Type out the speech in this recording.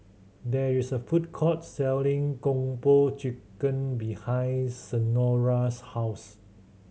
there is a food court selling Kung Po Chicken behind Senora's house